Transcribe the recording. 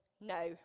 No